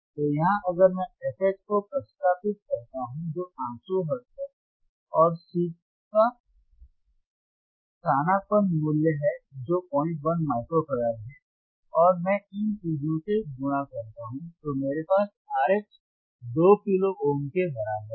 तो यहाँ अगर मैं fH को प्रतिस्थापित करता हूं जो 800 हर्ट्ज है और C का स्थानापन्न मूल्य है जो 01 माइक्रो फराड है और मैं इन चीजों से गुणा करता हूं तो मेरे पास RH 2 किलो ओम के बराबर है